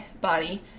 body